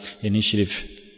initiative